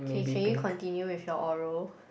Kay can you continue with your oral